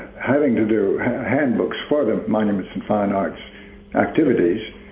having to do handbooks for the monuments and fine arts activities,